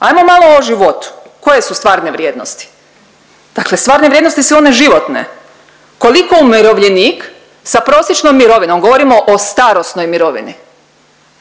Ajmo malo o životu. Koje su stvarne vrijednosti? Dakle, stvarne vrijednosti su one životne. Koliko umirovljenik sa prosječnom mirovinom, govorimo o starosnoj mirovini,